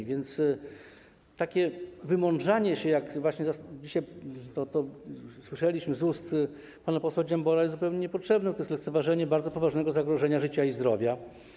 A więc takie wymądrzanie się, jak właśnie dzisiaj słyszeliśmy z ust pana posła Dziambora, jest zupełnie niepotrzebne, bo to jest lekceważenie bardzo poważnego zagrożenia życia i zdrowia.